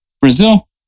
Brazil